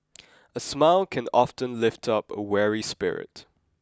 a smile can often lift up a weary spirit